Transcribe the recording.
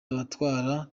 abatwara